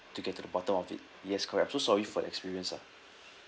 to get to the bottom of it yes correct I'm so sorry for the experience ah